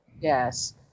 Yes